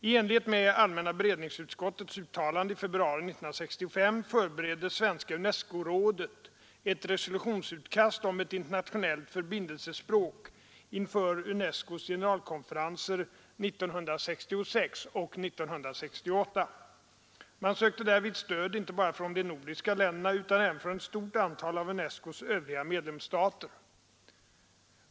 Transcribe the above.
I enlighet med allmänna beredningsutskottets uttalande i februari 1965 förberedde Svenska UNESCO-rådet ett resolutionsutkast om ett internationellt förbindelsespråk inför UNESCO:s generalkonferenser 1966 och 1968. Man sökte därvid stöd inte bara från de nordiska länderna utan även från ett stort antal av UNESCO :s övriga medlemsstater.